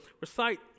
recite